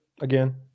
again